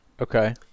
Okay